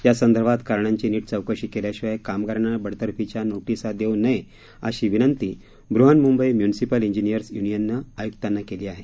या संदर्भात कारणांची नीट चौकशी केल्याशिवाय कामगारांना बडतर्फीच्या नोटीसा देऊ नये अशी विनंती बृहन्मुंबई म्यूनिसीपल इंजिनिअर्स यूनियनने आय्क्तांना केली आहे